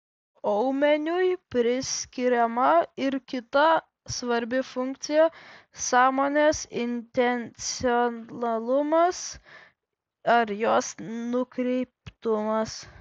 aumeniui priskiriama ir kita svarbi funkcija sąmonės intencionalumas ar jos nukreiptumas